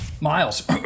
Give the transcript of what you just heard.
Miles